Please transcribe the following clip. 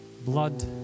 blood